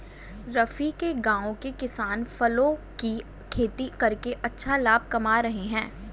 रफी के गांव के किसान फलों की खेती करके अच्छा लाभ कमा रहे हैं